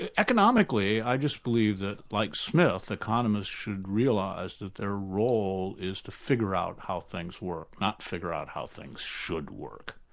ah economically, i just believe that like smith, economists should realise that their role is to figure out how things work, not figure out how things should work.